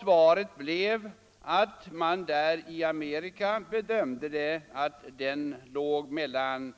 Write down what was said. Svaret blev att man i USA ansåg att en normal arbetslöshet låg mellan